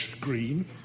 green